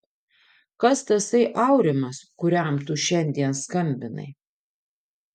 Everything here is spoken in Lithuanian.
kas tasai aurimas kuriam tu šiandien skambinai